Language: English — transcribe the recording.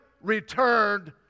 returned